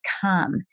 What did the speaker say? come